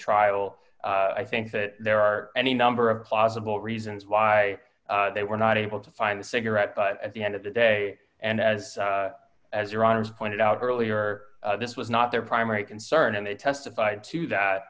trial i think that there are any number of plausible reasons why they were not able to find the cigarette but at the end of the day and as as your honour's pointed out earlier this was not their primary concern and they testified to that